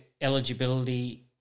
eligibility